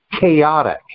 chaotic